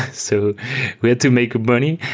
so we had to make money.